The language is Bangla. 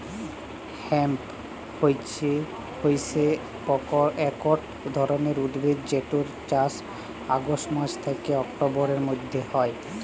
হেম্প হইসে একট ধরণের উদ্ভিদ যেটর চাস অগাস্ট মাস থ্যাকে অক্টোবরের মধ্য হয়